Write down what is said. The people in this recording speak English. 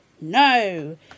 No